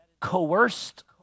coerced